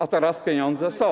A teraz pieniądze są.